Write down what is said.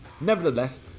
Nevertheless